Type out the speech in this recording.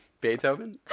Beethoven